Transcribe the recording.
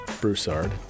Broussard